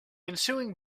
ensuing